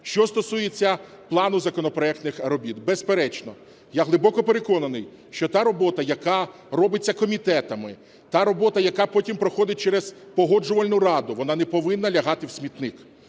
Що стосується плану законопроектних робіт. Безперечно, я глибоко переконаний, що та робота, яка робиться комітетами, та робота, яка потім проходить через Погоджувальну раду, вона не повинна лягати в смітник.